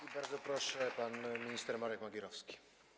I bardzo proszę, pan minister Marek Magierowski.